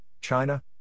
China